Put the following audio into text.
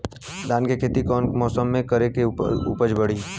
धान के खेती कौन मौसम में करे से उपज बढ़ी?